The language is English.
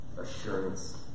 assurance